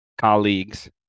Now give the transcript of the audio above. colleagues